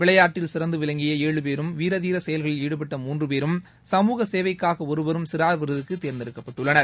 விளையாட்டில் சிறந்து விளங்கிய ஏழு பேரும் வீர தீர செயல்களில் ஈடுபட்ட மூன்று பேரும் சமூக சேவைக்காக ஒருவரும் சிறார் விருதுக்கு தேர்ந்தெடுக்கப்பட்டுள்ளனர்